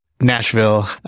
Nashville